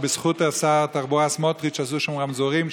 ובזכות שר התחבורה סמוטריץ' עשו שם רמזורים,